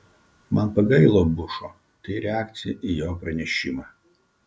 man pagailo bušo tai reakcija į jo pranešimą